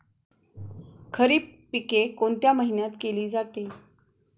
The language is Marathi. खरीप पिके कोणत्या महिन्यात केली जाते?